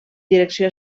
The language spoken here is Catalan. direcció